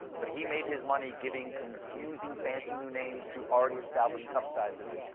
but he made his money giving confusing fancy new names to already-established cup sizes,